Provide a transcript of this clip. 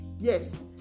Yes